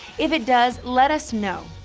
if it does, let us know.